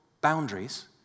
boundaries